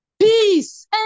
peace